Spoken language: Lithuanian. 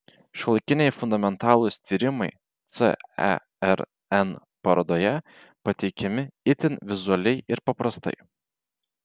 šiuolaikiniai fundamentalūs tyrimai cern parodoje pateikiami itin vizualiai ir paprastai